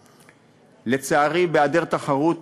לצערי, בהיעדר תחרות